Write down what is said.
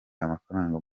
amafaranga